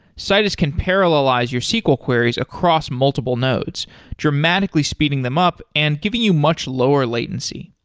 citus can parallelize your sql queries across multiple nodes dramatically speeding them up and giving you much lower latency.